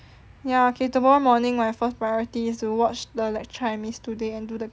ya okay tomorrow morning my first priority is to watch the lecture I missed today and do the quiz